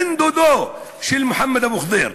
בן דודו של מוחמד אבו ח'דיר.